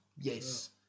yes